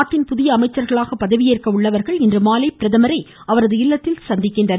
நாட்டின் புதிய அமைச்சர்களாக பதவியேற்க உள்ளவர்கள் இன்று மாலை பிரதமரை அவரது இல்லத்தில் சந்திக்கின்றனர்